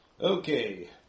Okay